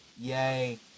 Yay